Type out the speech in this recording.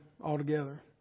altogether